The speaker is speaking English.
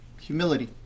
Humility